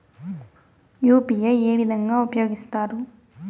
UPI ఏ విధంగా ఉపయోగిస్తారు?